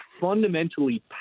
fundamentally